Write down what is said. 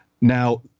Now